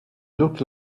looked